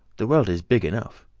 the world is big enough.